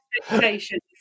expectations